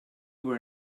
were